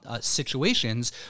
situations